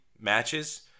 matches